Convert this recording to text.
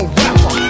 rapper